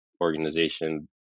organization